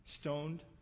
stoned